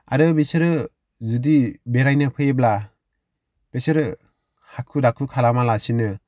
आरो बिसोरो जुदि बेरायनो फैयोब्ला बिसोरो हाखु दाखु खालामालासिनो